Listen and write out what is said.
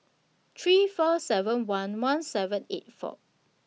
three four seven one one seven eight four